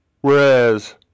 Whereas